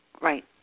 Right